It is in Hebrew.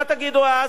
מה תגידו אז?